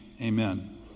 amen